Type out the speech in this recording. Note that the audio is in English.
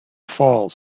falls